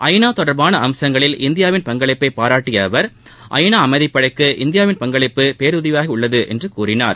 ஐநா தொடர்பான அம்சங்களில் இந்தியாவின் பங்களிப்பை பாராட்டிய அவர் ஐநா அமைதி படைக்கு இந்தியாவின் பங்களிப்பு பேருதவியாக உள்ளது என்றார்